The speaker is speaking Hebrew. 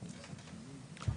ו-(3)".